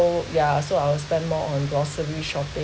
so yeah so I will spend more on grocery shopping